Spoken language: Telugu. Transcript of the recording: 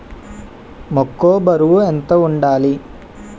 మొక్కొ బరువు ఎంత వుండాలి?